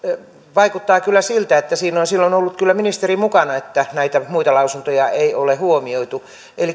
vaikuttaa kyllä siltä että siinä on silloin ollut kyllä ministeri mukana että näitä muita lausuntoja ei ole huomioitu